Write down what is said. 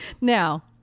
Now